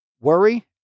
worry